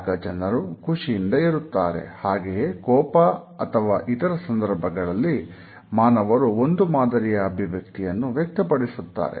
ಆಗ ಜನರು ಖುಷಿಯಿಂದಿರುತ್ತಾರೆ ಹಾಗೆಯೇ ಕೋಪ ಅಥವಾ ಇತರ ಸಂದರ್ಭದಲ್ಲಿ ಮಾನವರು ಒಂದು ಮಾದರಿಯ ಅಭಿವ್ಯಕ್ತಿಯನ್ನು ವ್ಯಕ್ತಪಡಿಸುತ್ತಾರೆ